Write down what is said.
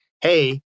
hey